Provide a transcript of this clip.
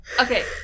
okay